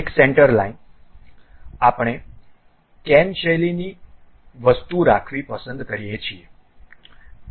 એક centre line આપણે કેન શૈલીની વસ્તુ રાખવી પસંદ કરીએ છીએ